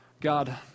God